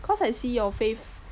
cause I see your Fave